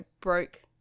broke